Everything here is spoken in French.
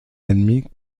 admis